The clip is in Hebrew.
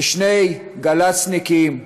ושני גל"צניקים,